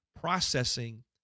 processing